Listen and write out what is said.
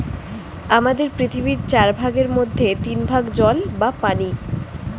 আমাদের পৃথিবীর চার ভাগের মধ্যে তিন ভাগ জল বা পানি